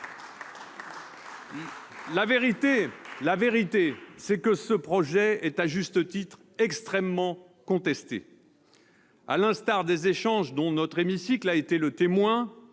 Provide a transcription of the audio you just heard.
La vérité, c'est que ce projet est, à juste titre, extrêmement contesté. À l'instar des échanges dont notre hémicycle a été le témoin